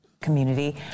community